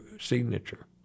signature